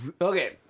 okay